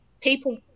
people